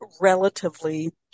relatively